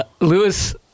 Lewis